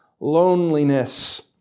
loneliness